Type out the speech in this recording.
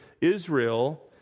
Israel